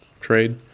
trade